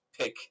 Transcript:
pick